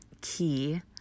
key